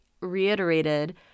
reiterated